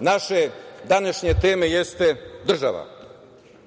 naše današnje teme jeste država.